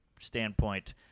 standpoint